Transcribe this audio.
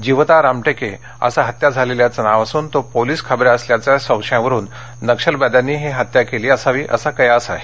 जिवता रामटेके असं हत्या झालेल्याचं नाव असून तो पोलिस खबऱ्या असल्याच्या संशयावरुन नक्षलवाद्यांनी ही हत्या केली असावी असा कयास आहे